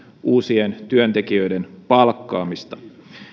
uusien työntekijöiden palkkaamista